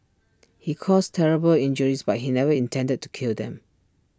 he caused terrible injuries but he never intended to kill them